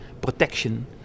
protection